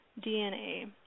DNA